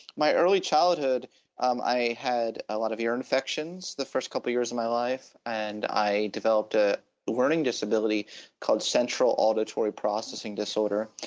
my early childhood um i had a lot of ear infections, the first couple of years in my life and i developed a learning disability called central auditory processing disorder,